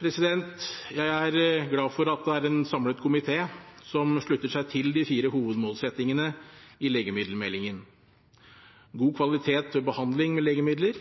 Jeg er glad for at det er en samlet komité som slutter seg til de fire hovedmålsettingene i legemiddelmeldingen: at det er god kvalitet ved behandling med legemidler,